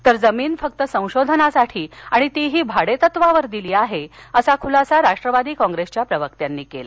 तर जमीन फक्त संशोधनासाठी आणि ती ही भाडेतत्वावर दिली आहे असा खूलासा राष्ट्रवादी कॉंग्रेसच्या प्रवक्त्यांनी केला